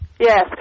Yes